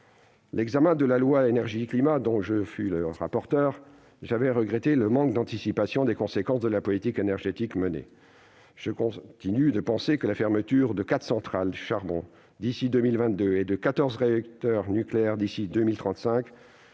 l'examen du projet de loi Énergie-climat, dont je fus le rapporteur, j'avais regretté le manque d'« anticipation des conséquences de la politique énergétique menée ». Je continue de penser que la fermeture de quatre centrales à charbon, d'ici à 2022, et de quatorze réacteurs nucléaires, d'ici à 2035,